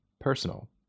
personal